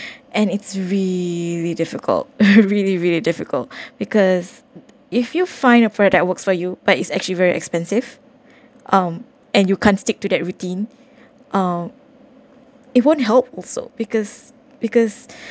and it's really difficult really really difficult because if you find a products that works for you but it's actually very expensive um and you can't stick to that routine uh it won't help also because because